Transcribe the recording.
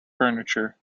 furniture